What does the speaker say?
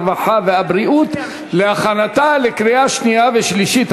הרווחה והבריאות להכנתה לקריאה שנייה ושלישית.